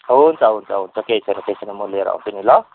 हुन्छ हुन्छ हुन्छ केही छैन केही छैन म लिएर आउँछु नि ल